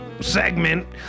segment